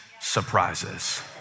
surprises